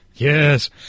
Yes